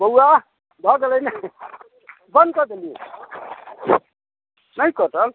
बउआ भऽ गेलै ने बन्द कर देलियै नहि कटल